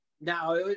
Now